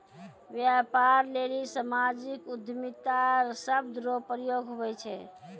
व्यापार लेली सामाजिक उद्यमिता शब्द रो प्रयोग हुवै छै